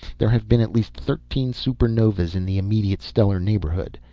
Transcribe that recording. there have been at least thirteen super-novas in the immediate stellar neighborhood.